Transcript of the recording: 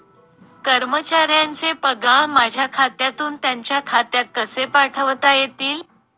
कर्मचाऱ्यांचे पगार माझ्या खात्यातून त्यांच्या खात्यात कसे पाठवता येतील?